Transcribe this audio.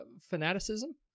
fanaticism